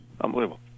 unbelievable